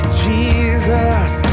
jesus